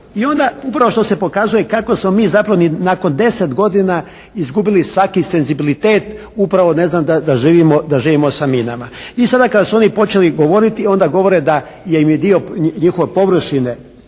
I onda upravo što se pokazuje kako smo mi zapravo nakon deset godina izgubili svaki senzibilitet upravo da živimo sa minama. I sada upravo kada su oni počeli govoriti onda govore da im je dio njihove površine